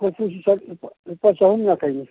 ꯂꯨꯄꯥ ꯆꯍꯨꯝ ꯌꯥꯡꯈꯩꯅꯤ